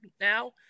now